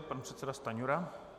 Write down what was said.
Pan předseda Stanjura.